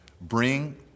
bring